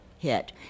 hit